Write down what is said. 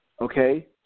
okay